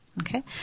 Okay